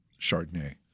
Chardonnay